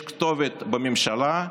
יש כתובת בממשלה,